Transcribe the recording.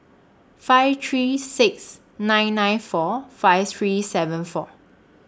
five three six nine nine four five three seven four